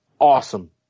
Awesome